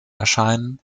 erscheinen